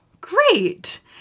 Great